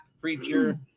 preacher